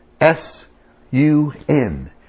S-U-N